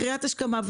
קריאת השכמה,